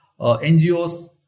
NGOs